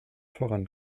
voran